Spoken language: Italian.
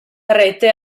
rete